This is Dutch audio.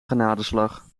genadeslag